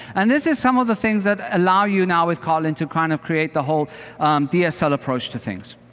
and this is some of the things that allow you now with kotlin to kind of create the whole dsl approach to things.